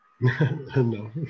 No